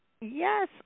yes